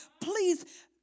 please